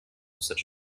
such